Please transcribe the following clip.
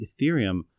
Ethereum